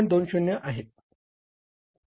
20 आहेत